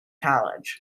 college